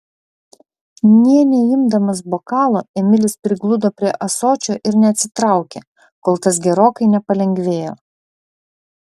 nė neimdamas bokalo emilis prigludo prie ąsočio ir neatsitraukė kol tas gerokai nepalengvėjo